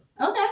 Okay